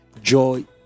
joy